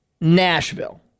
Nashville